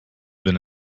been